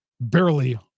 barely